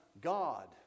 God